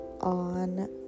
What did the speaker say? on